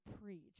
preach